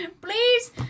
please